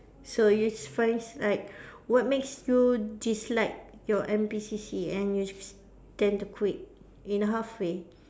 so you finds like what makes you dislike your N_P_C_C and which tend to quit in halfway